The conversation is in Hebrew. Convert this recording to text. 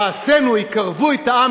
מעשינו יקרבו את העם,